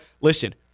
Listen